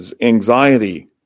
anxiety